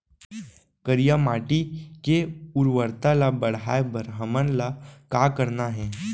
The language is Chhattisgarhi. करिया माटी के उर्वरता ला बढ़ाए बर हमन ला का करना हे?